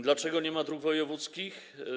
Dlaczego nie ma dróg wojewódzkich?